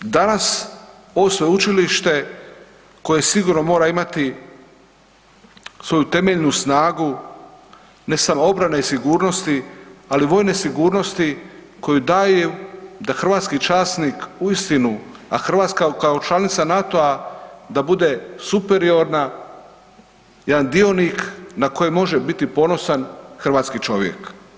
Danas ovo sveučilište koje sigurno mora imati svoju temeljnu snagu ne samo obrane i sigurnosti, ali vojne sigurnosti koja daje da hrvatski časnik uistinu, a Hrvatska kao članica NATO-a da bude superiorna jedan dionik na koji može biti ponosan hrvatski čovjek.